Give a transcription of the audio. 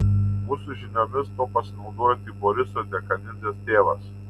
mūsų žiniomis tuo pasinaudojo tik boriso dekanidzės tėvas